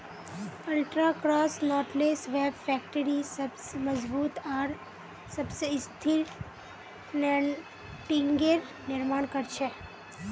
ultra cross knotless web factory सबस मजबूत आर सबस स्थिर नेटिंगेर निर्माण कर छेक